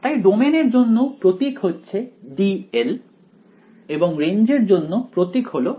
তাই ডোমেইনের জন্য প্রতীক হচ্ছে D এবং রেঞ্জ এর জন্য প্রতীক হলো R